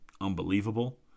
unbelievable